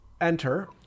enter